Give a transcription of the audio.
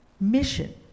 Mission